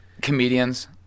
comedians